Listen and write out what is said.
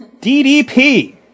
DDP